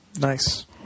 Nice